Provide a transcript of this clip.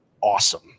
awesome